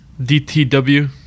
DTW